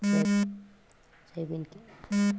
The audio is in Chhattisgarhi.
सोयाबीन के फसल बर कतेक कन पानी लगही?